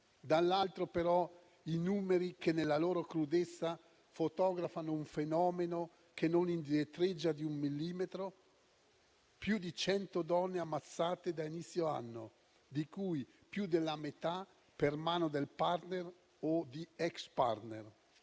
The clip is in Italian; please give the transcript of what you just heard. Dall'altro lato, però, i numeri, che nella loro crudezza fotografano un fenomeno che non indietreggia di un millimetro: più di 100 donne ammazzate da inizio anno, di cui più della metà per mano del *partner* o di ex *partner*.